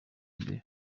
imbere